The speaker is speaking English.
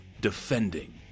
defending